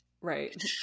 Right